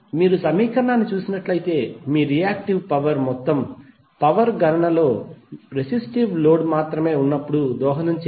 మీరు సమీకరణాన్ని చూసినట్లయితే మీ రియాక్టివ్ పవర్ మొత్తం పవర్ గణనలో మీకు రెసిస్టివ్ లోడ్ మాత్రమే ఉన్నప్పుడు దోహదం చేయదు